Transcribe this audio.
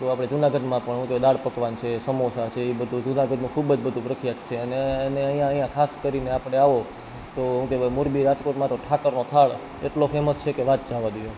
તો આપણે જુનાગઢમાં પણ શું કહેવાય દાળ પકવાન છે સમોસા છે એ બધું જુનાગઢમાં ખૂબ જ બધું પ્રખ્યાત છે અને અને ત્યાં ત્યાં ખાસ કરીને આપણે આવો તો શું કહેવાય મોરબી રાજકોટમાં તો ઠાકરનો થાળ એટલો ફેમસ છેકે વાત જવા દ્યો એમ